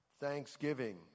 thanksgiving